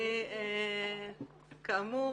כאמור,